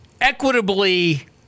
Equitably